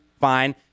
fine